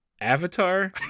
avatar